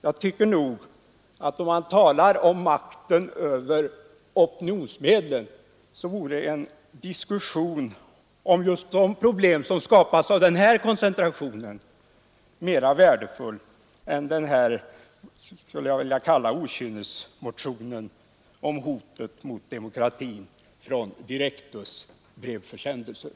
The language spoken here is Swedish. Jag tycker nog att om man talar om makten över opinionsmedlen, så vore en diskussion om just de problem som skapas av den koncentrationen mera värdefull än den här — skulle jag vilja kalla den — okynnesmotionen om hotet mot demokratin från Direktus brevförsändelser.